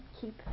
keep